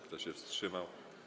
Kto się wstrzymał?